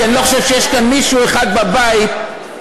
כי אני לא חושב שיש כאן מישהו אחד בבית שמסכים,